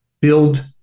build